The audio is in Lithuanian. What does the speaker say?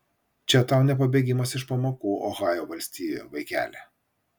čia tau ne pabėgimas iš pamokų ohajo valstijoje vaikeli